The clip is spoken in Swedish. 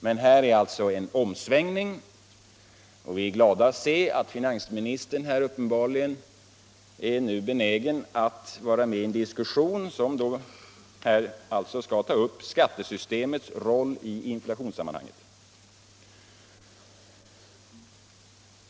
Men här är alltså en omsvängning, och vi är glada att se att finansministern nu uppenbarligen är benägen att vara med i en diskussion som alltså skall ta upp skattesystemets roll i inflationssammanhanget.